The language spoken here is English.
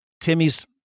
Timmy's